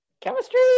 Chemistry